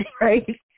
right